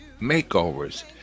makeovers